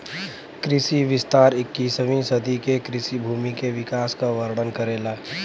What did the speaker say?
कृषि विस्तार इक्कीसवीं सदी के कृषि भूमि के विकास क वर्णन करेला